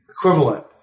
equivalent